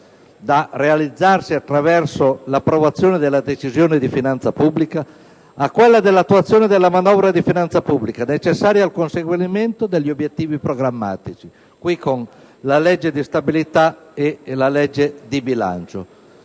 (da realizzarsi attraverso l'approvazione della Decisione di finanza pubblica) a quella dell'attuazione della manovra di finanza pubblica necessaria al conseguimento degli obiettivi programmatici (da realizzarsi attraverso i disegni